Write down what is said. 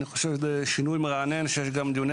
אני חושב שזה שינוי מרענן שיש גם דיוני